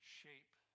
shape